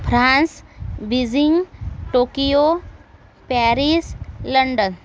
France Beijing Tokyo Paris London